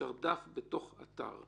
אפשר דף בתוך אתר.